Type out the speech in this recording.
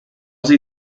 sie